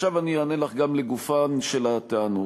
עכשיו אני אענה לך גם לגופן של הטענות.